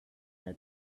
the